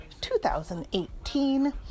2018